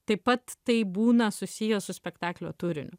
taip pat tai būna susiję su spektaklio turiniu